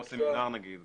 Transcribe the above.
לא נמצא שם.